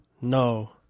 No